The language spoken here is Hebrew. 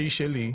שהיא שלי,